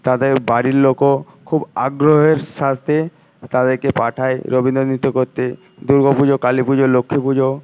তাদের বাড়ির লোকও খুব আগ্রহের সাথে তাদেরকে পাঠায় রবীন্দ্র নৃত্য করতে দুর্গা পুজো কালী পুজো লক্ষ্মী পুজো